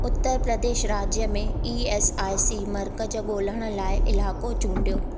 उत्तर प्रदेश राज्य में E S I C मर्कज़ ॻोल्हण लाइ इलाइको चूंडियो